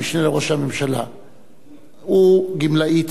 הוא גמלאי צה"ל והוא עכשיו יחזור לצה"ל,